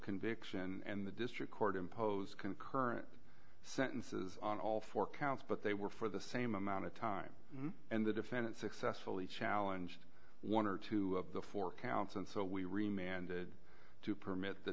conviction and the district court imposed concurrent sentences on all four counts but they were for the same amount of time and the defendant successfully challenged one or two of the four counts and so we re mandated to permit the